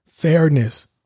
fairness